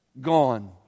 gone